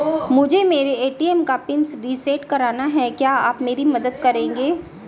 मुझे मेरे ए.टी.एम का पिन रीसेट कराना है क्या आप मेरी मदद करेंगे?